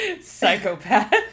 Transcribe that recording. psychopath